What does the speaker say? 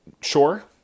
sure